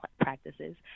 practices